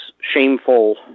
shameful